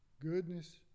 goodness